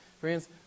Friends